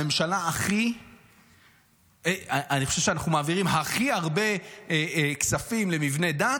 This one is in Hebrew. אני חושב שאנחנו מעבירים הכי הרבה כספים למבני דת,